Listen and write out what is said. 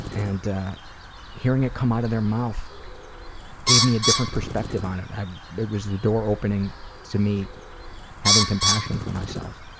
and hearing it come out of their mouth gave me a different perspective on it, it was the door opening to me having compassion for myself.